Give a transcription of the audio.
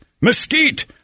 mesquite